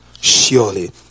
Surely